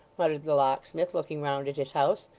muttered the locksmith, looking round at his house.